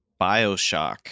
bioshock